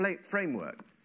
Framework